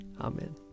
Amen